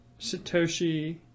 Satoshi